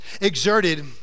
exerted